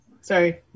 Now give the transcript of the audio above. Sorry